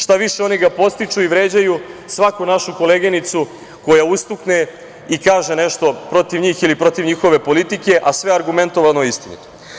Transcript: Šta više, oni ga podstiču i vređaju svaku našu koleginicu koja ustukne i kaže nešto protiv njih ili protiv njihove politike, a sve argumentovano i istinito.